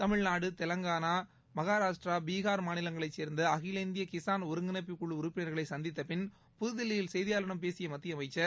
தமிழ்நாடு தெலங்கானா மகாராஷ்டிரா பீகார் மாநிலங்களை சேர்ந்த அகில இந்திய கிசான் ஒருங்கிணைப்புக் குழு உறுப்பினர்களை சந்தித்தப்பின் புதுதில்லியில் செய்தியாளர்களிடம் பேசிய மத்திய அமைச்சர்